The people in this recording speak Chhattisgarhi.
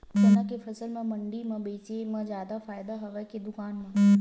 चना के फसल ल मंडी म बेचे म जादा फ़ायदा हवय के दुकान म?